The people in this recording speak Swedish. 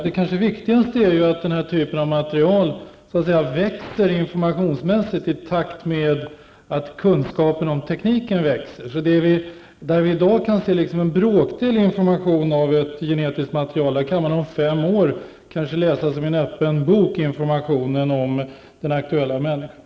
Det kanske viktigaste är att mängden information från den här typen av material växer i takt med att kunskapen om tekniken ökar. Där vi i dag kan få en bråkdel information från genetiskt material kan man kanske om fem år läsa materialet som en öppen bok och få information om den aktuella människan.